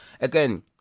again